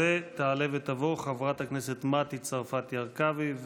תעלה ותבוא חברת הכנסת מטי צרפתי הרכבי,